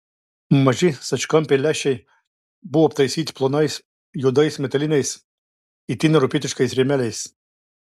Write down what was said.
maži stačiakampiai lęšiai buvo aptaisyti plonais juodais metaliniais itin europietiškais rėmeliais